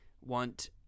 want